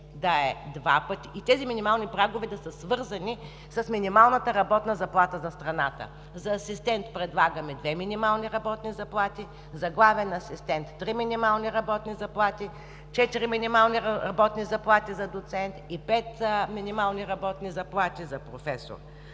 прагове и тези минимални прагове да са свързани с минималната работна заплата за страната. За асистент предлагаме две минимални работни заплати, за главен асистент – три минимални работни заплати, четири минимални работни заплати за доцент и пет минимални работни заплати за професор.